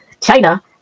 China